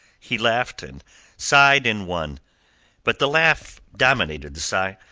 he laughed and sighed in one but the laugh dominated the sigh,